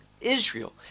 Israel